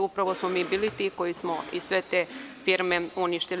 Upravo smo mi bili ti koji smo i sve te firme uništili.